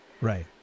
Right